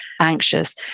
anxious